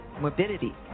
morbidity